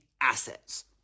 assets